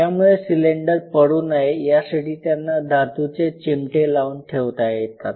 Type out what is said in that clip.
त्यामुळे सिलेंडर पडू नये यासाठी त्यांना धातूचे चिमटे लावून ठेवता येतात